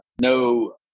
no